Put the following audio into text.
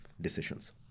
decisions